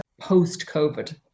post-COVID